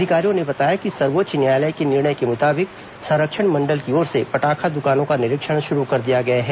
अधिकारियों ने बताया कि सर्वोच्च न्यायालय के निर्णय के मुताबिक संरक्षण मंडल की ओर से पटाखा दुकानों का निरीक्षण शुरू कर दिया गया है